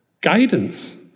guidance